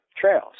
trails